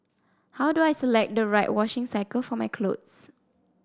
how do I select the right washing cycle for my clothes